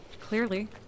Clearly